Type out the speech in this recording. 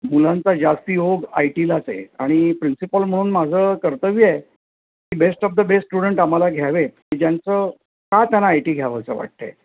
मुलांचा जास्ती ओघ आय टीलाच आहे आणि प्रिन्सिपॉल म्हणून माझं कर्तव्य आहे की best of the best student आम्हाला घ्यावे की ज्यांचं का त्यांना आय टी घ्यावंसं वाटतं आहे